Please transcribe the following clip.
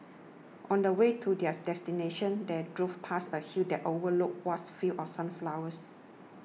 on the way to their destination they drove past a hill that overlooked vast fields of sunflowers